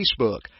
Facebook